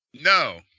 No